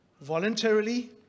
voluntarily